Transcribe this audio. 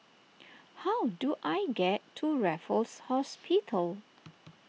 how do I get to Raffles Hospital